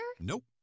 Nope